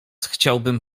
chciałbym